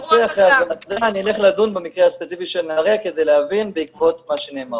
אז אני אלך לדון במקרה הספציפי של נהריה כדי להבין בעקבות מה שנאמר פה.